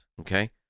Okay